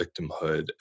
victimhood